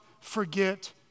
forget